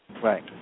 Right